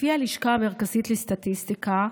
לפי הלשכה המרכזית לסטטיסטיקה,